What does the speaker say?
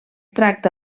tracta